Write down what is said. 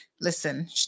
listen